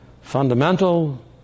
fundamental